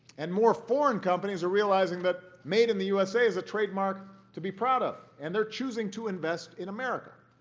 and more foreign companies are realizing that made in the usa is a trademark to be proud of, and they're choosing to invest in america.